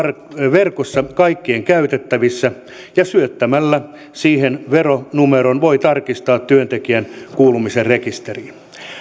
verkossa kaikkien käytettävissä ja syöttämällä siihen veronumeron voi tarkistaa työntekijän kuulumisen rekisteriin